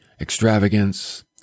extravagance